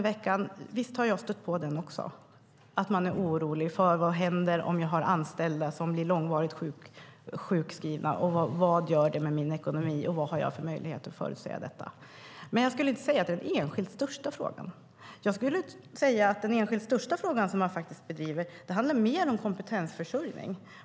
Visst har jag också stött på oro för vad som händer om man har anställda som blir långvarigt sjukskrivna, vad det gör med ekonomin och vad man har för möjligheter att förutse detta. Men jag skulle inte säga att det är den enskilt största frågan. Den enskilt största frågan som man beskriver handlar mer om kompetensförsörjning.